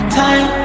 time